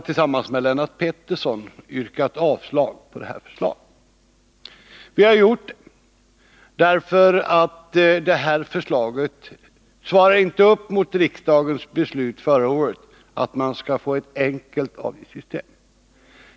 Tillsammans med Lennart Pettersson har jag yrkat avslag på det. Förslaget motsvarar inte riksdagens beslut förra året om ett enkelt avgiftssystem.